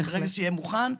ברגע שיהיה מוכן,